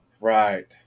Right